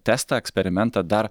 testą eksperimentą dar